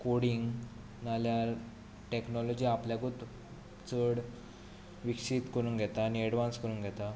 coding ना जाल्यार technology आपल्याकूच चड विकसीत करून घेता आनी एडवान्स करून घेता